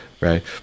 right